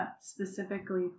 specifically